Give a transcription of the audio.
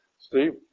Steve